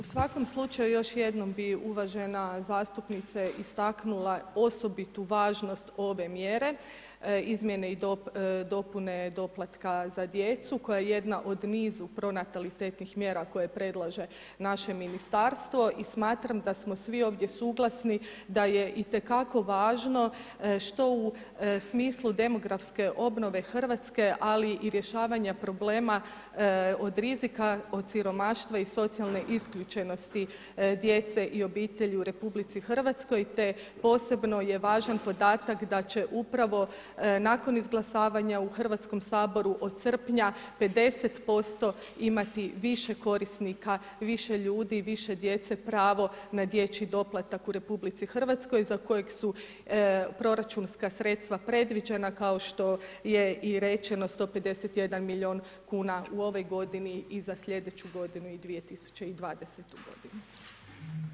U svakom slučaju još jednom bih uvažena zastupnice istaknula osobitu važnost ove mjere izmjene i dopune doplatka za djecu koja je jedna od nizu pronalatitetnih mjera koje predlaže naše ministarstvo i smatram da smo svi ovdje suglasni da je itekako važno što u smislu demografske obnove Hrvatske, ali i rješavanja problema od rizika, od siromaštva i socijalne isključenosti djece i obitelji u RH te posebno je važan podatak da će upravo nakon izglasavanja u Hrvatskom saboru od srpnja 50% imati više korisnika, više ljudi, više djece pravo na dječji doplatak u RH za kojeg su proračunska sredstva predviđena, kao što je i rečeno 151 milijun kuna u ovoj godini i za sljedeću godinu i 2020. godinu.